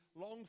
long